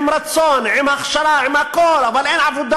עם רצון, עם הכשרה, עם הכול, אבל אין עבודה.